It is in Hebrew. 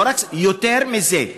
יותר מזה,